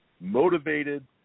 motivated